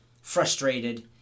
frustrated